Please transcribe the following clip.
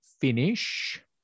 finish